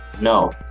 No